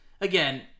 Again